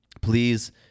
please